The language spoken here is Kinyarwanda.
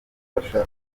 gufasha